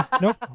Nope